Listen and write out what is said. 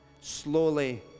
slowly